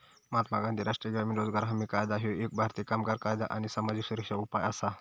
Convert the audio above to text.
महात्मा गांधी राष्ट्रीय ग्रामीण रोजगार हमी कायदा ह्यो एक भारतीय कामगार कायदा आणि सामाजिक सुरक्षा उपाय असा